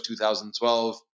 2012